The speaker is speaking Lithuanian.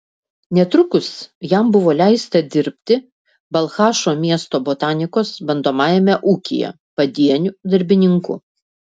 netrukus jam buvo leista dirbti balchašo miesto botanikos bandomajame ūkyje padieniu darbininku